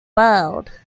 world